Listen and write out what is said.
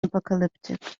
apocalyptic